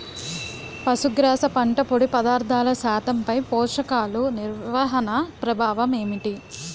పశుగ్రాస పంట పొడి పదార్థాల శాతంపై పోషకాలు నిర్వహణ ప్రభావం ఏమిటి?